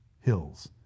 Hills